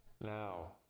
now